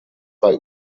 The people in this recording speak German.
bei